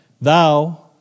Thou